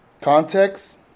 context